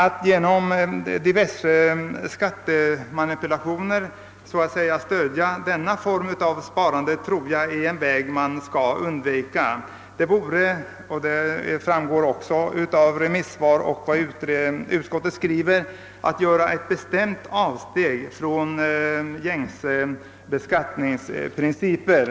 Att genom diverse skattemanipulationer stödja denna form av sparande tror jag dock att man skall undvika. Det vore, vilket också framgår av remissyttrandena och av utskottsmajoritetens skrivning, att skattningsprinciper.